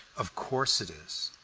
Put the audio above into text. of course it is.